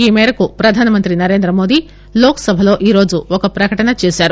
ఈ మేరకు ప్రధానమంత్రి నరేంద్రమోదీ లోక్ సభలో ఈరోజు ఒక ప్రకటన చేశారు